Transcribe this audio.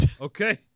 Okay